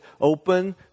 open